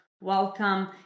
welcome